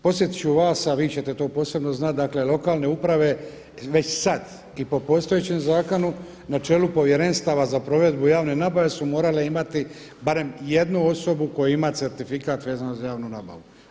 Podsjetit ću vas, a vi ćete to posebno znati, dakle lokalne uprave već sad i po postojećem zakonu na čelu povjerenstava za provedbu javne nabave su morale imati barem jednu osoba koja ima certifikat vezano za javnu nabavu.